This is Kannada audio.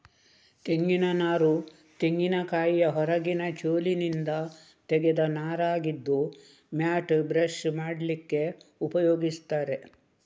ತೆಂಗಿನ ನಾರು ತೆಂಗಿನಕಾಯಿಯ ಹೊರಗಿನ ಚೋಲಿನಿಂದ ತೆಗೆದ ನಾರಾಗಿದ್ದು ಮ್ಯಾಟ್, ಬ್ರಷ್ ಮಾಡ್ಲಿಕ್ಕೆ ಉಪಯೋಗಿಸ್ತಾರೆ